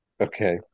okay